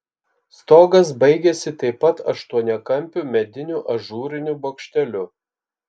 stogas baigėsi taip pat aštuoniakampiu mediniu ažūriniu bokšteliu